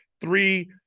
three